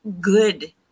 good